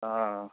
हँ